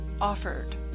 Offered